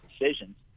decisions